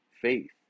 faith